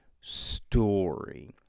story